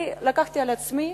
אני לקחתי על עצמי